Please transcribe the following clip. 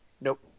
Nope